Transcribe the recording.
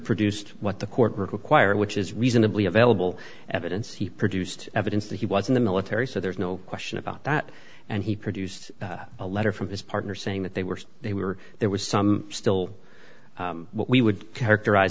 produced what the court required which is reasonably available evidence he produced evidence that he was in the military so there's no question about that and he produced a letter from his partner saying that they were they were there was some still what we would characterize